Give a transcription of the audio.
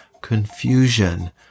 confusion